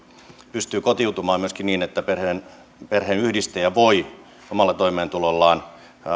pystyy kotiutumaan myöskin niin että perheenyhdistäjä voi omalla toimeentulollaan